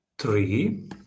three